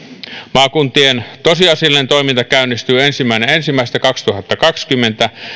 maakuntien tosiasiallinen toiminta käynnistyy ensimmäinen ensimmäistä kaksituhattakaksikymmentä